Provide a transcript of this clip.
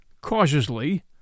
cautiously